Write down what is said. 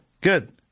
good